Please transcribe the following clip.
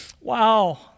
Wow